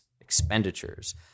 expenditures